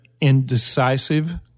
indecisive